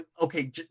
okay